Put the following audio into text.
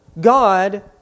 God